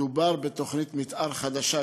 מדובר בתוכנית מתאר חדשה,